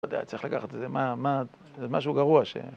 ‫לא יודע, צריך לקחת את זה, מה? מה? ‫זה משהו גרוע ש...